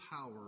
power